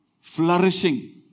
flourishing